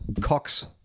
Cox